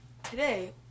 Today